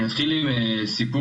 אני אתחלי עם סיפור,